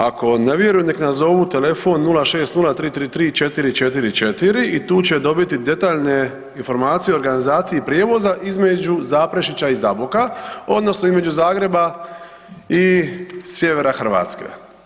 Ako ne vjeruju nek nazovu telefon 060333444 i tu će dobiti detaljne informacije o organizaciji prijevoza između Zaprešića i Zaboka odnosno između Zagreba i sjevera Hrvatske.